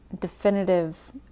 definitive